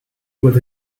with